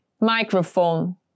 microphone